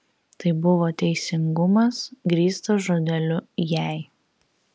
tai buvo teisingumas grįstas žodeliu jei